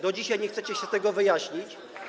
Do dzisiaj nie chcecie tego wyjaśnić.